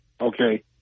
okay